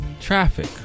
traffic